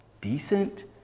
decent